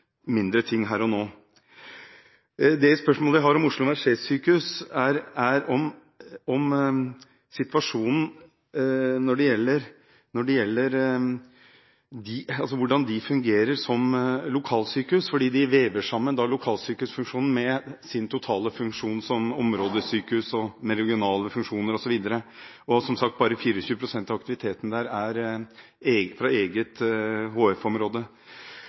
mindre ting her og nå. Spørsmålet jeg har om Oslo universitetssykehus, dreier seg om hvordan det fungerer som lokalsykehus. Man vever sammen lokalsykehusfunksjonen med den totale funksjonen som områdesykehus, med regionale funksjoner osv. Som sagt, bare 24 pst. av aktiviteten der er fra eget